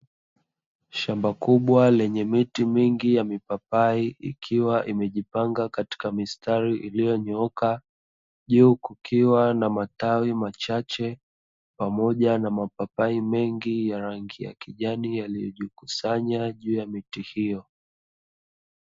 Shamba kubwa lenye miti mingi ya mipapai, ikiwa imejipanga katika mistari iliyonyooka, juu kukiwa na matawi machache, pamoja na mapapai mengi ya rangi ya kijani, yaliyojikusanya juu ya miti hiyo.